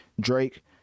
Drake